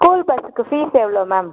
school பஸ்ஸுக்கு fees எவ்வளோ ma'am